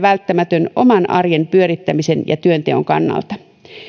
välttämätön oman arjen pyörittämisen ja työnteon kannalta